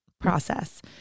process